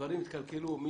דברים התקלקלו.